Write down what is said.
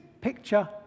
picture